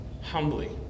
humbly